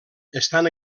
estan